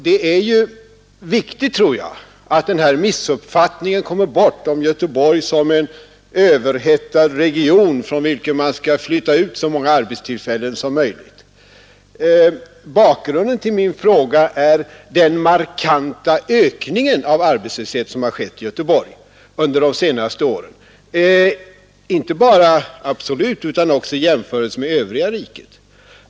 Det är viktigt, tror jag, att den här missuppfattningen kommer bort om Göteborg som en överhettad region, från vilken man skall flytta ut så många arbetstillfällen som möjligt. Bakgrunden till min fråga är den markanta ökning av arbetslösheten som har skett i Göteborg under de senaste åren, inte bara absolut utan också i jämförelse med övriga riket.